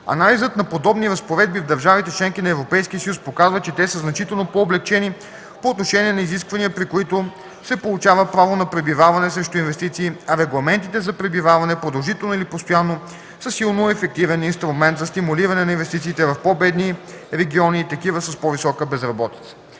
Анализът на подобни разпоредби в държавите – членки на Европейския съюз, показва че те са значително по-облекчени по отношение на изисквания, при които се получава право на пребиваване срещу инвестиции, а регламентите за пребиваване (продължително или постоянно) са силно ефективен инструмент за стимулиране на инвестициите в по-бедни региони и такива с по-висока безработица.